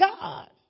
God